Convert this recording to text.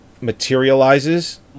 materializes